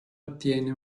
ottiene